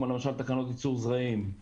כמו למשל תקנות יצוא זרעים,